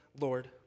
Lord